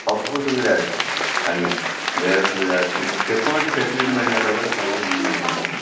ସବୁ ସୁବିଧା ଅଛି ଆଜ୍ଞା ବେଡ୍ ସୁବିଧା ଅଛି ଯେକୌଣସି ଫାସିଲିଟି ମିଳି ଗଲା ପରେ ସବୁ ଆମ ମେଡିକାଲ୍ରେ ଅଛି